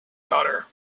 daughter